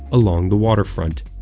along the waterfront.